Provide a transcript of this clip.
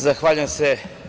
Zahvaljujem se.